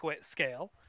scale